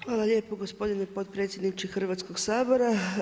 Hvala lijepo gospodine potpredsjedniče Hrvatskog sabora.